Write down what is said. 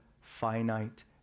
finite